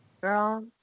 Girl